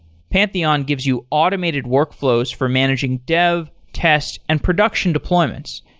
pantheon gives you automated workflows for managing dev, test and production deployments.